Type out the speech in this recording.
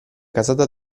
casata